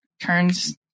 turns